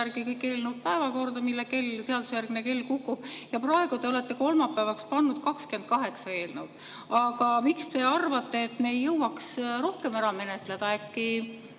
kõik eelnõud päevakorda, mille seadusejärgne kell kukub. Praegu te olete kolmapäevaks pannud 28 eelnõu. Aga miks te arvate, et me ei jõuaks rohkem ära menetleda?